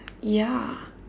ya